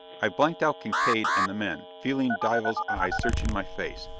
i blanked out kincaide and the men, feeling dival's eyes searching my face.